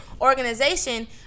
organization